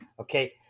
okay